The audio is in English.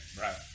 Right